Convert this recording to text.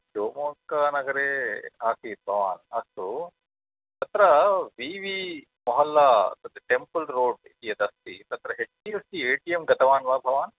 शिवमोग्गानगरे आसीत् वा अस्तु तत्र वी वी मोहल्ला तत् टेम्पल् रोड् एदस्ति तत्र H D F C A T M गतवान् वा भवान्